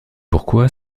pourquoi